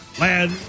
Land